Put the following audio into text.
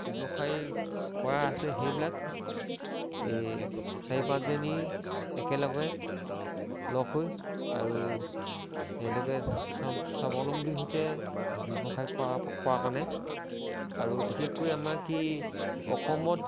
ব্যৱসায় কৰা আছে সেইবিলাক এই চাৰি পাঁচজনী একেলগে লগ হৈ আৰু তেওঁলোকে স্বাৱলম্বী হৈছে ব্যৱসায় কৰা কৰাৰ কাৰণে আৰু বিশেষকৈ আমাৰ কি অসমত